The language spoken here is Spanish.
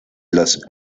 los